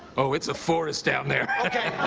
oh, it's a forest out there. okay.